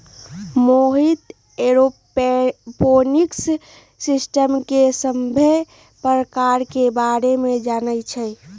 Mohit aeroponics system के सभ्भे परकार के बारे मे जानई छई